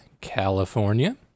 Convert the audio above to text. california